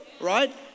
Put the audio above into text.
Right